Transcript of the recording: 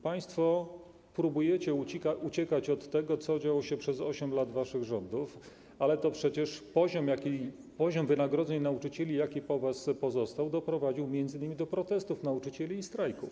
Państwo próbujecie uciekać od tego, co działo się przez 8 lat waszych rządów, ale to przecież poziom wynagrodzeń nauczycieli, jaki po was pozostał, doprowadził m.in. do protestów nauczycieli i do strajków.